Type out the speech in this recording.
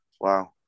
Wow